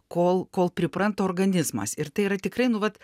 kol kol pripranta organizmas ir tai yra tikrai nu vat